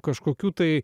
kažkokių tai